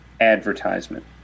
advertisement